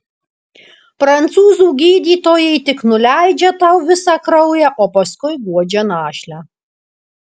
prancūzų gydytojai tik nuleidžia tau visą kraują o paskui guodžia našlę